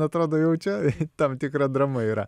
atrodo jau čia tam tikra drama yra